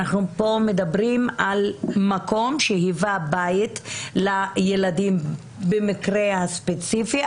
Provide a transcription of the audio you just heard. אנחנו מדברים פה על מקום שהיווה בית לילדים במקרה הספציפי,